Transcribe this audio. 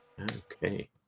Okay